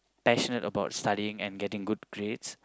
passionate about studying and getting good grades